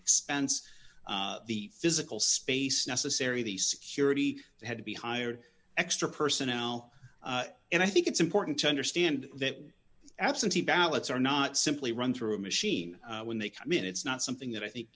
expense the physical space necessary the security had to be hired extra personnel and i think it's important to understand that absentee ballots are not simply run through a machine when they come in it's not something that i think